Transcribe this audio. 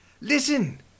Listen